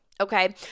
okay